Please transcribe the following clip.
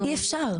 אי אפשר.